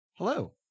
Hello